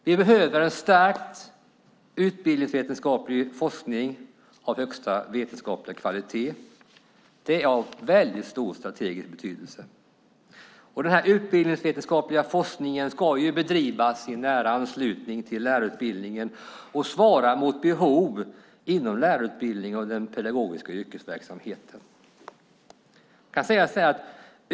Vi behöver en stark utbildningsvetenskaplig forskning av högsta vetenskapliga kvalitet. Det är av stor strategisk betydelse. Och den utbildningsvetenskapliga forskningen ska bedrivas i nära anslutning till lärarutbildningen och svara mot behov inom lärarutbildningen och den pedagogiska yrkesverksamheten.